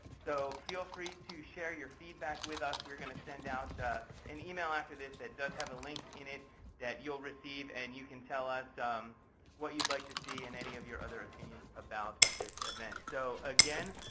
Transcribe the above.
so feel free to share your feedback with us. we are going to send out an e-mail after this that does have a link in it that you'll receive, and you can tell us um what you'd like to see, and any of your other opinions about this event. so again,